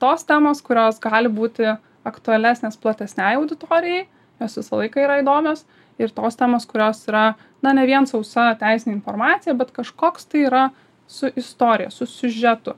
tos temos kurios gali būti aktualesnės platesnei auditorijai nes visą laiką yra įdomios ir tos temos kurios yra na ne vien sausa teisinė informacija bet kažkoks tai yra su istorija su siužetu